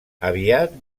aviat